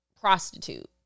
prostitute